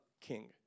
king